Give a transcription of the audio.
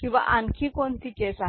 किंवा आणखी कोणती केस आहे